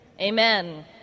Amen